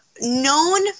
known